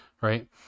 right